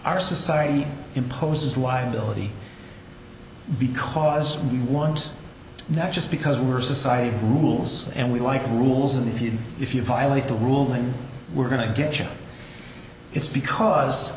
our society imposes liability because we want that just because we're society rules and we like rules and if you if you violate the rules then we're going to get you it's because